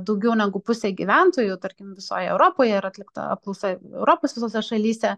daugiau negu pusė gyventojų tarkim visoj europoj ir atlikta apklausa europos visose šalyse